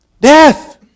Death